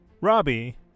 robbie